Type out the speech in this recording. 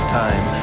time